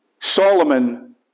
Solomon